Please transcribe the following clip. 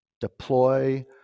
deploy